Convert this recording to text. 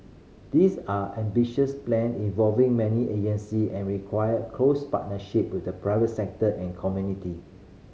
these are ambitious plan involving many agency and require close partnership with the private sector and community